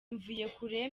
mvuyekure